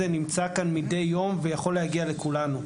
נמצא כאן מידי יום ויכול להגיע לכולנו.